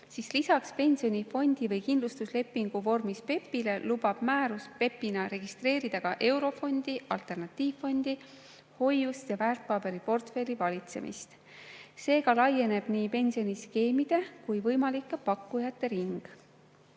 siis lisaks pensionifondi või kindlustuslepingu vormis PEPP-ile lubab määrus PEPP-ina registreerida ka eurofondi, alternatiivfondi, hoiuse ja väärtpaberiportfelli valitseja. Seega laieneb nii pensioniskeemide kui ka võimalike pakkujate